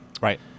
Right